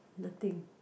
nothing